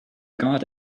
guard